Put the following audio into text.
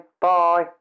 Bye